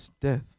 death